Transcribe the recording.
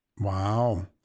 Wow